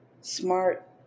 smart